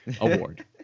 award